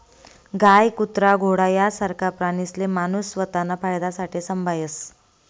गाय, कुत्रा, घोडा यासारखा प्राणीसले माणूस स्वताना फायदासाठे संभायस